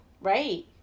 Right